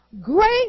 great